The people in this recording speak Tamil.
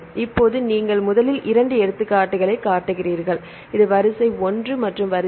இப்போது நீங்கள் முதலில் இரண்டு எடுத்துக்காட்டுகளைக் காட்டுகிறீர்கள் இது வரிசை 1 மற்றும் 2